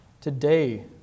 Today